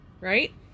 Right